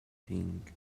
thing